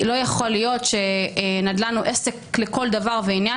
לא יכול להיות שנדל"ן הוא עסק לכל דבר ועניין